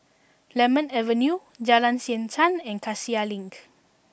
Lemon Avenue Jalan Siantan and Cassia Link